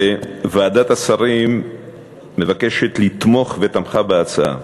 ועדת השרים מבקשת לתמוך, ותמכה בהצעה.